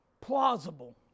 plausible